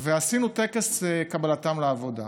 עשינו טקס לקבלתם לעבודה,